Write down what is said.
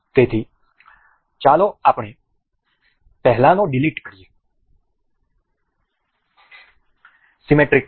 તેથી ચાલો આપણે પહેલાનો ડીલીટ કરીએ સીમેટ્રિક મેટ